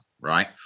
Right